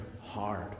hard